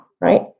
right